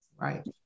Right